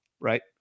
right